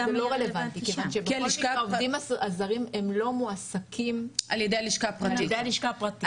העובדים הזרים הם לא מועסקים ע"י הלשכה הפרטית.